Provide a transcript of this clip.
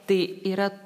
tai yra